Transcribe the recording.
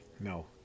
no